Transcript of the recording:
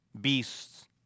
beasts